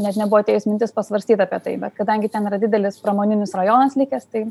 net nebuvo atėjus mintis pasvarstyt apie tai bet kadangi ten yra didelis pramoninis rajonas likęs tai